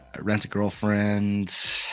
Rent-A-Girlfriend